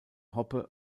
hoppe